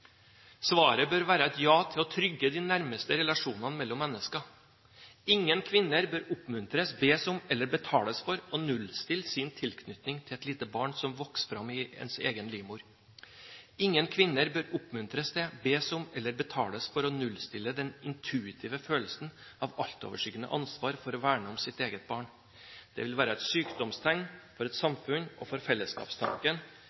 Svaret bør være et ja til å trygge de nærmeste relasjonene mellom mennesker. Ingen kvinner bør oppmuntres til, bes om eller betales for å nullstille sin tilknytning til et lite barn som vokser fram i egen livmor. Ingen kvinner bør oppmuntres til, bes om eller betales for å nullstille den intuitive følelsen av det altoverskyggende ansvar det er å verne om eget barn. Det vil være et sykdomstegn for et